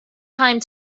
time